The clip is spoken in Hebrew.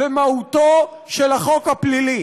חברת הכנסת הורידה את ההסתייגות.